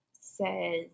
says